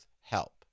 help